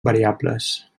variables